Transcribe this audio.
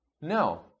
No